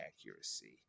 accuracy